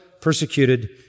persecuted